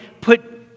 put